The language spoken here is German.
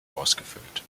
ausgefüllt